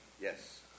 Yes